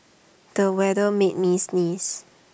the weather made me sneeze